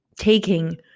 taking